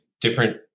different